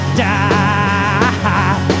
die